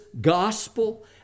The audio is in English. gospel